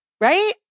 Right